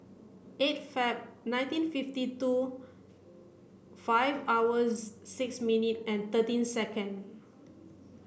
eight Feb nineteen fifty two five hours six minute and thirteen second